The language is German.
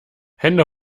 hände